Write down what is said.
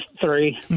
Three